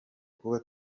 kuba